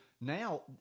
Now